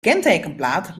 kentekenplaat